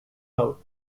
out